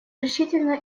решительно